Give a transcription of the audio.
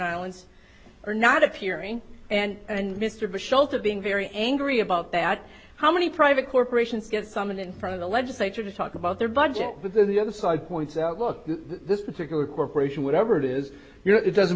islands or not appearing and mr bush oath of being very angry about that how many private corporations get someone in front of the legislature to talk about their budget because the other side points out look this particular corporation whatever it is you know it doesn't